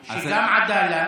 עאידה) שגם עדאלה,